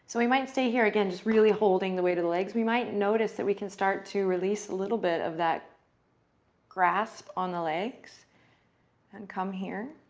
so we might stay here again just really holding the weight of the legs. we might notice that we might start to release a little bit of that grasp on the legs and come here,